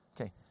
okay